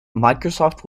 microsoft